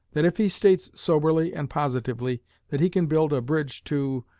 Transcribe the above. that if he states soberly and positively that he can build a bridge to.